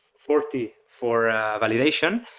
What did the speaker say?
forty for validation.